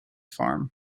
farm